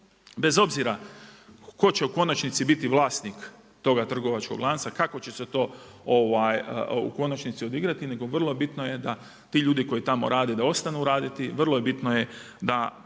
bez obzira tko će u konačnici biti vlasnik toga trgovačkog lanca, kako će se to odigrati nego vrlo bitno je da ti ljudi koji tamo rade da ostanu raditi, vrlo bitno je da